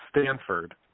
Stanford